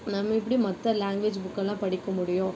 நம்ம எப்படி மற்ற லேங்குவேஜ் புக்கெல்லாம் படிக்க முடியும்